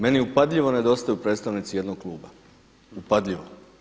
Meni upadljivo nedostaju predstavnici jednog kluba, upadljivo.